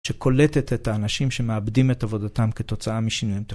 שקולטת את האנשים שמאבדים את עבודתם כתוצאה משינויים טכ